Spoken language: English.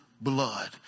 blood